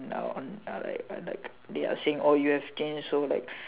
uh on ah like ah like they are saying orh you have changed so like